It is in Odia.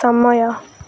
ସମୟ